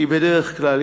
כי בדרך כלל,